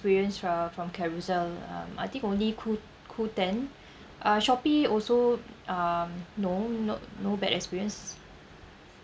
uh from Carousell um I think only qoo~ qooten uh Shopee also um no no no bad experience